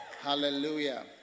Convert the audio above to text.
Hallelujah